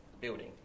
building